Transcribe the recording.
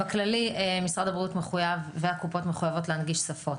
בכללי משרד הבריאות והקופות מחויבים להנגיש שפות.